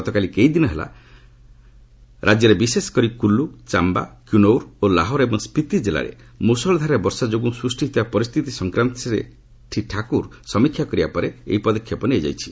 ଗତ କେଇ ଦିନ ହେଲା ରାଜ୍ୟରେ ବିଶେଷ କରି କୁଲ୍ଲ ଚାମ୍ଘା କିନୋଉର୍ ଓ ଲାହୋର ଏବଂ ସ୍ୱିତି କିଲ୍ଲାରେ ମୃଷଳଧାରାରେ ବର୍ଷା ଯୋଗୁଁ ସୃଷ୍ଟି ହୋଇଥିବା ପରିସ୍ଥିତି ସଂକ୍ରାନ୍ତରେ ଶ୍ରୀ ଠାକୁର ସମୀକ୍ଷା କରିବା ପରେ ଏହି ପଦକ୍ଷେପ ନିଆଯାଇଛି